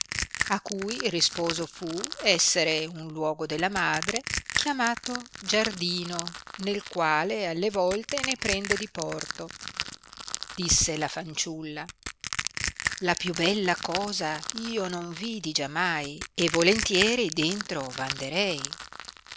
a cui risposo fu essere uno luogo della madre chiamato giardino nel quale alle volte ne prende diporto disse la fanciulla la più bella cosa io non vidi giamai e volentieri dentro